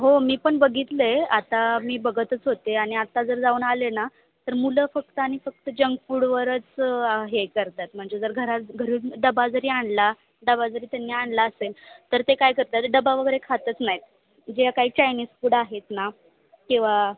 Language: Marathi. हो मी पण बघितलं आहे आता मी बघतच होते आणि आत्ता जर जाऊन आले ना तर मुलं फक्त आणि फक्त जंक फूडवरच हे करतात म्हणजे जर घरा घरून डबा जरी आणला डबा जरी त्यांनी आणला असेल तर ते काय करतात डबा वगैरे खातच नाहीत जे काही चायनीज फूड आहेत ना किंवा